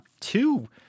two